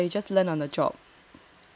yeah you just learn on the job